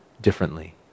differently